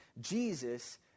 Jesus